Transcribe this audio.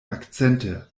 akzente